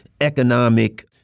economic